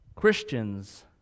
Christians